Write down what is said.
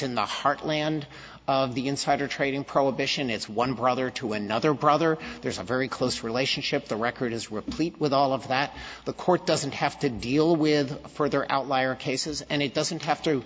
in the heartland of the insider trading prohibition it's one brother to another brother there's a very close relationship the record is replete with all of that the court doesn't have to deal with further outlier cases and it doesn't have to